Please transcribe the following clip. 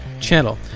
Channel